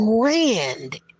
grand